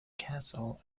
castle